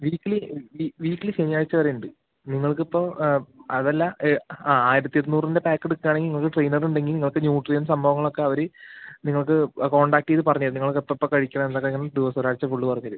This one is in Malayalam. വീക്കിലി വീക്കിലി ശനിയാഴ്ച്ച വരെ ഉണ്ട് നിങ്ങൾക്ക് ഇപ്പം അതല്ല ആ ആയിരത്തിരുന്നൂറിൻ്റ പാക്ക് എടുക്കുകയാണെങ്കിൽ നിങ്ങൾക്ക് ട്രെയിനർ ഉണ്ടെങ്കിൽ നിങ്ങൾക്ക് ന്യൂട്രിയൻസ് സംഭവങ്ങളൊക്കെ അവർ നിങ്ങൾക്ക് കോൺടാക്ട് ചെയ്ത് പറഞ്ഞുതരും നിങ്ങൾക്ക് എപ്പെപ്പം കഴിക്കണം എന്നൊക്കെ ദിവസം ഒരാഴ്ചയ്ക്കുള്ളിൽ പറഞ്ഞു തരും